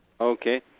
Okay